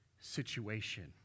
situation